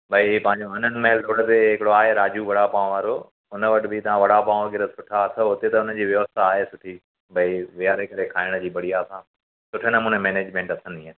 भाई इहो पंहिंजो आनंद नगर रोड ते हिकिड़ो आहे राजू वड़ापांव वारो हुन वटि बि तव्हां वड़ापांव वग़ैरह सुठा अथव हुते त हुनजी व्यवस्था आहे सुठी भई विहारे करे खाइण जी बढ़िया खां सुठे नमूने मैनेजमेंट अथनि इअं